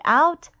out